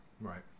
Right